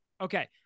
Okay